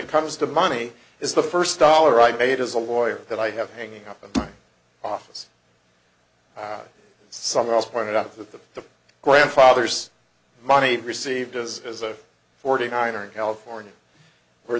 it comes to money is the first dollar i made as a lawyer that i have hanging up an office someone else pointed out that the grandfather's money received as as a forty nine er in california where